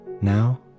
Now